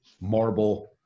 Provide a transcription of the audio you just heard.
marble